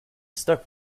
stuck